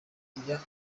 iya